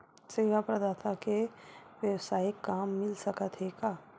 सेवा प्रदाता के वेवसायिक काम मिल सकत हे का?